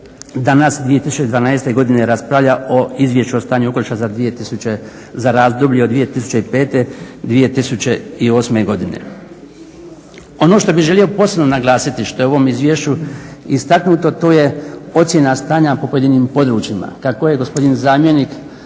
danas 2012. godine raspravlja o Izvješću o stanju okoliša za razdoblje od 2005. do 2008. Godine. Ono što bi želio posebno naglasiti, što je u ovom Izvješću istaknuto, to je ocjena stanja po pojedinim područjima, kako je gospodin zamjenik